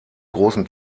großen